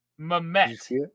Mamet